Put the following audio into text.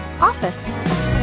OFFICE